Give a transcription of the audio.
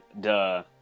duh